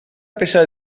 peça